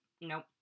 Nope